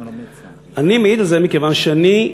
אני מעיד על זה מכיוון שאני,